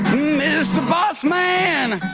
mister boss man.